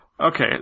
Okay